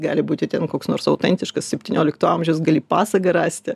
gali būti ten koks nors autentiškas septyniolikto amžiaus gali pasagą rasti